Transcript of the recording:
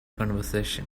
conversation